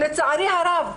לצערי הרב,